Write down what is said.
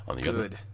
Good